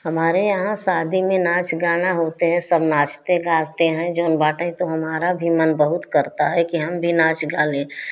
हमारे यहाँ शादी में नाच गाना होते हैं सब नाचते हैं गाते हैं जोन बाटें तो हमारा भी मन बहुत करता है कि हम भी नाच गा लें लेकिन